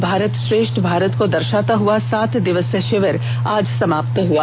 एक भारत श्रेष्ठ भारत को दर्षाता हुआ सात दिवसीय षिविर आज समाप्त हुआ